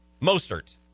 Mostert